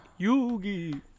Yugi